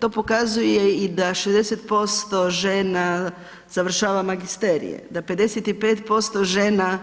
To pokazuje i da 60% žena završava magisterije, da 55% žena